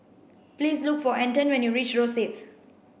please look for Anton when you reach Rosyth